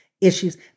issues